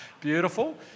Beautiful